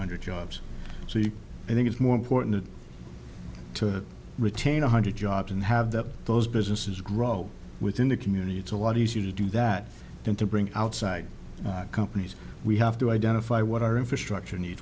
hundred jobs so i think it's more important to retain one hundred jobs and have that those businesses grow within the community it's a lot easier to do that than to bring outside companies we have to identify what our infrastructure ne